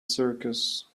circus